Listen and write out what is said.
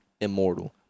immortal